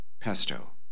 pesto